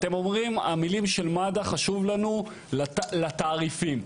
המילים של מד"א חשובים לנו לצורך התעריפים.